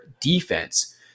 defense